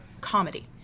comedy